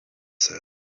said